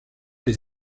les